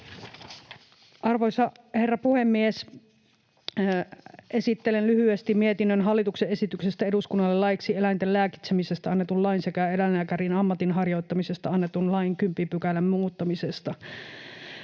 Arvoisa herra puhemies! Esittelen lyhyesti mietinnön hallituksen esityksestä eduskunnalle laiksi eläinten lääkitsemisestä annetun lain sekä eläinlääkärin ammatin harjoittamisesta annetun lain 10 §:n muuttamisesta.